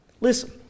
Listen